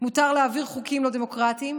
מותר להעביר חוקים לא דמוקרטיים,